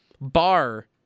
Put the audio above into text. bar